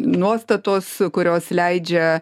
nuostatos kurios leidžia